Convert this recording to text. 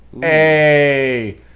Hey